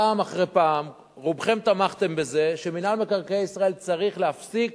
פעם אחר פעם רובכם תמכתם בזה שמינהל מקרקעי ישראל צריך להפסיק